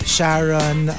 Sharon